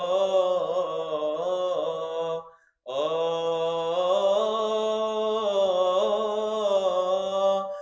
oh oh